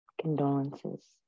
Condolences